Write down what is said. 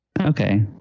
Okay